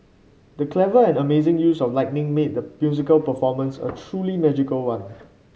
the clever and amazing use of lighting made the musical performance a truly magical one